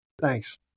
Thanks